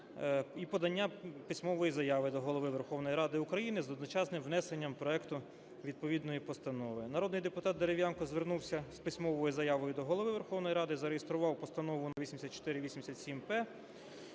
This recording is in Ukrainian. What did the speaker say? і подання письмової заяви до Голови Верховної Ради України з одночасним внесенням проекту відповідної постанови. Народний депутат Дерев'янко звернувся з письмовою заявою до Голови Верховної Ради, зареєстрував Постанову № 8487-П,